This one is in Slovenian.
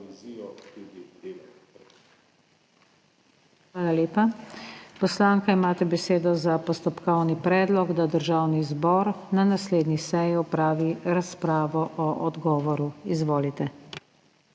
Hvala lepa. Poslanka, imate besedo za postopkovni predlog, da Državni zbor na naslednji seji opravi razpravo o odgovoru. Izvolite.